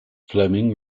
fleming